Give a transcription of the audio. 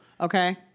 okay